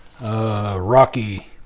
Rocky